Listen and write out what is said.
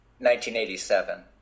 1987